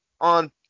on